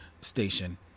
station